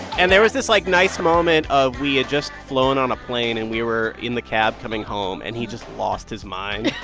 and there was this, like, nice moment of we had just flown on a plane, and we were in the cab coming home. and he just lost his mind.